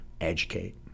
educate